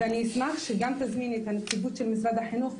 אני אשמח שגם תזמיני את הנציגות של משרד החינוך,